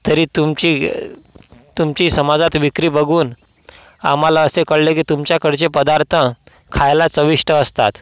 तरी तुमची तुमची समाजात विक्री बघून आम्हाला असे कळले की तुमच्याकडचे पदार्थ खायला चविष्ट असतात